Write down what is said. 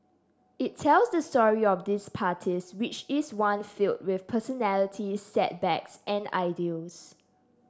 it tells the story of these parties which is one filled with personalities setbacks and ideals